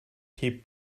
keep